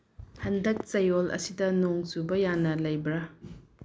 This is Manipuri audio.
ꯍꯟꯗꯛ ꯆꯌꯣꯜ ꯑꯁꯤꯗ ꯅꯣꯡ ꯆꯨꯕ ꯌꯥꯅ ꯂꯩꯕ꯭ꯔꯥ